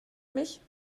mich